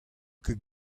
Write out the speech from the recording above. ket